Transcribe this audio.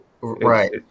Right